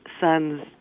son's